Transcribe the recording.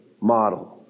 model